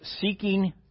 Seeking